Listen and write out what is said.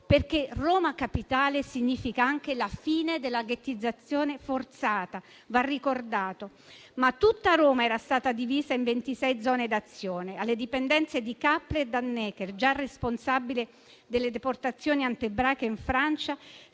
perché Roma capitale significava anche la fine della ghettizzazione forzata, va ricordato. Tutta Roma, però, era stata divisa in 26 zone d'azione. Alle dipendenze di Kappler e Dannecker, già responsabile delle deportazioni antiebraiche in Francia,